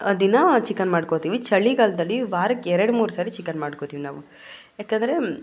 ದಿನ ಚಿಕನ್ ಮಾಡ್ಕೋತೀವಿ ಚಳಿಗಾಲದಲ್ಲಿ ವಾರಕ್ಕೆರಡು ಮೂರು ಸರಿ ಚಿಕನ್ ಮಾಡ್ಕೋತೀವಿ ನಾವು ಯಾಕಂದರೆ